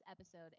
episode